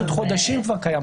כן, זה פשוט חודשים כבר קיים.